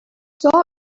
saw